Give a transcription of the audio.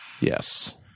Yes